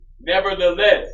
Nevertheless